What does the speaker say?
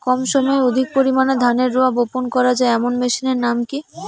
কম সময়ে অধিক পরিমাণে ধানের রোয়া বপন করা য়ায় এমন মেশিনের নাম কি?